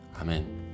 Amen